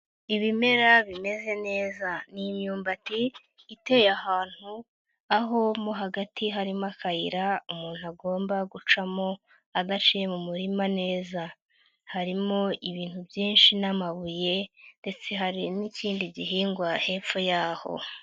Ibimera bimeze neza, ni imyumbati iteye ahantu aho mo hagati harimo akayira umuntu agomba gucamo adaciye mu muririma neza, harimo ibintu byinshi n'amabuye ndetse hari n'ikindi gihingwa hepfo y'aho.